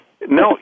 No